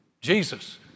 Jesus